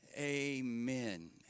amen